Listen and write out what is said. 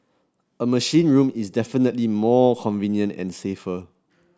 a machine room is definitely more convenient and safer